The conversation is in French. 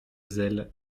zèle